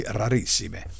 rarissime